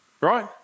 right